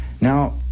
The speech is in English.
Now